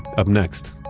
up next,